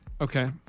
Okay